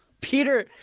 Peter